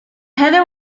heather